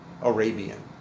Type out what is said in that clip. Arabian